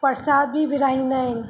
प्रसाद बि विरिहाईंदा आहिनि